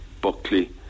Buckley